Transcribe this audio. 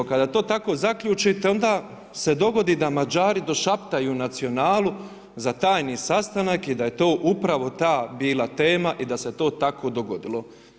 Kada to tako zaključite onda se dogodi da Mađari došaptaju „Nacionalu“ za tajni sastanak i da je to upravo ta bila tema i da se to tako dogodilo.